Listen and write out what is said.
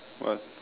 what